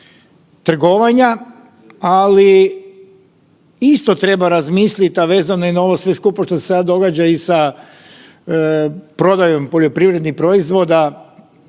trgovanja, ali isto treba razmislit, a vezano je na ovo sve skupa što se sad događa i sa prodajom poljoprivrednih proizvoda